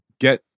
get